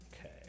Okay